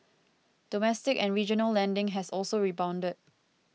domestic and regional lending has also rebounded